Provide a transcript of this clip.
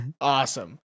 Awesome